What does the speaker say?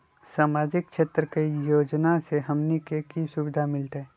सामाजिक क्षेत्र के योजना से हमनी के की सुविधा मिलतै?